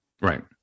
Right